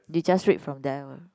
they just read from there one